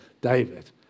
David